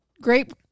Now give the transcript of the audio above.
grape